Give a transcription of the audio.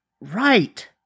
right